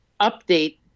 update